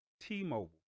T-Mobile